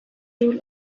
rule